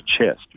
chest